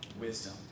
wisdom